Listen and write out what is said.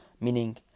Meaning